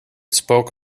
spoke